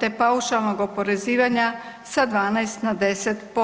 te paušalnog oporezivanja sa 12 na 10%